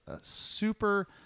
super